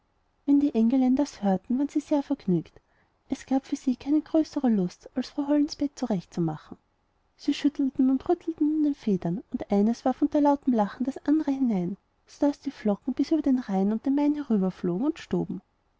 wenn die engelein das hörten waren sie sehr vergnügt es gab für sie keine größere lust als frau hollens bett zurechtzumachen sie schüttelten und rüttelten an den federn und eines warf unter lautem lachen das andere hinein so daß die flocken bis über den rhein und den main hinüberflogen und stoben